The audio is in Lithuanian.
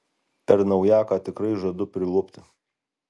per naujaką tikrai žadu prilupti